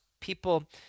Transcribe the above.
people